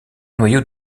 noyau